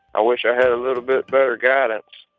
i wish i had a little bit better guidance